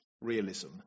realism